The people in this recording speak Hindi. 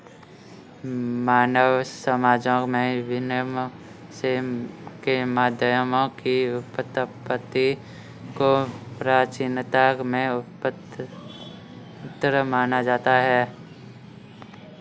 मानव समाजों में विनिमय के माध्यमों की उत्पत्ति को प्राचीनता में उत्पन्न माना जाता है